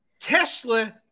Tesla